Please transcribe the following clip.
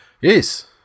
Yes